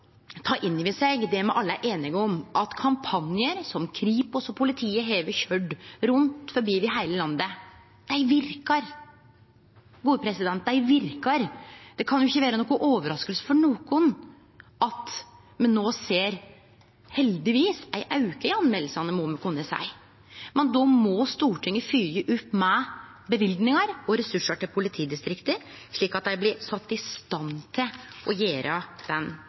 ta inn over seg det me alle er einige om, at kampanjar, som Kripos og politiet har køyrt rundt omkring i heile landet, verkar – dei verkar! Det kan jo ikkje vere ei overrasking for nokon at me no ser – heldigvis, må me kunne seie – ein auke i talet på meldingar, men då må Stortinget fylgje opp med løyvingar og ressursar til politidistrikta, slik at dei blir sette i stand til å gjere den